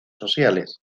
sociales